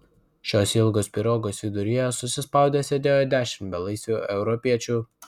šios ilgos pirogos viduryje susispaudę sėdėjo dešimt belaisvių europiečių